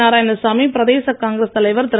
நாராயணசாமி பிரதேச காங்கிரஸ் தலைவர் திரு